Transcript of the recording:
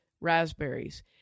raspberries